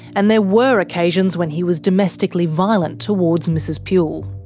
and there were occasions when he was domestically violent towards mrs puhle.